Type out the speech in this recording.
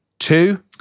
Two